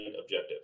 objective